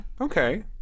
Okay